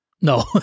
No